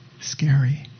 scary